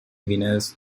winners